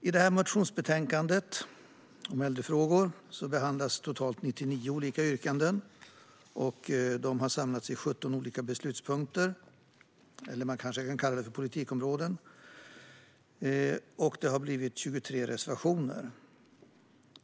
I detta motionsbetänkande om äldrefrågor behandlas totalt 99 olika yrkanden, och de har samlats i 17 olika beslutspunkter, eller politikområden, och det har blivit 23 reservationer.